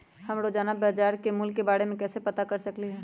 हम रोजाना बाजार के मूल्य के के बारे में कैसे पता कर सकली ह?